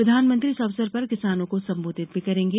प्रधानमंत्री इस अवसर पर किसानों को संबोधित भी करेंगे